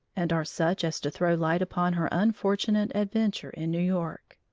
and are such as to throw light upon her unfortunate adventure in new york.